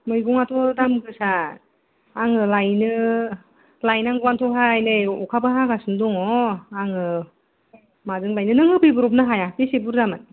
मैगङाथ' दाम गोसा आङो लायनो लायनांगौआनोथ' हाय नै अखाबो हागासिनो दङ आङो माजों लायनो नों होफैब्रबनो हाया बेसे बुरजामोन